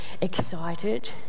excited